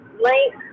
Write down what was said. link